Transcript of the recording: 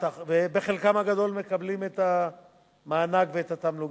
חלקם הגדול מקבלים את המענק ואת התמלוגים,